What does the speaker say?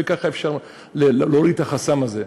וככה אפשר להוריד את החסם הזה.